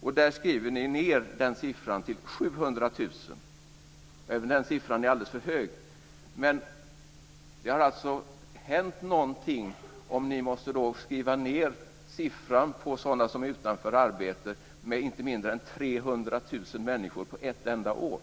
Där skriver ni ned den siffran till 700 000. Även den siffran är alldeles för hög. Men det har alltså hänt någonting om ni måste skriva ned siffran för sådana som är utanför arbete med inte mindre än 300 000 människor på ett enda år.